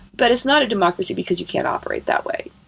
but it's not a democracy because you can't operate that way